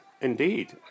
Indeed